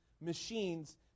machines